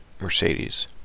Mercedes